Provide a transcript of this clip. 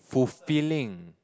fulfilling